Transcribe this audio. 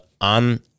on